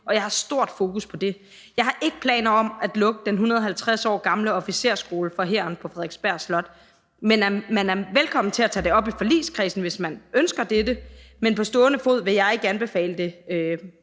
og jeg har et stort fokus på det. Jeg har ikke planer om at lukke den 150 år gamle officersskole for hæren på Frederiksberg Slot. Man er velkommen til at tage det op i forligskredsen, hvis man ønsker dette, men på stående fod vil jeg ikke anbefale det,